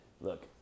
Look